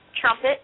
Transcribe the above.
trumpet